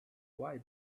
why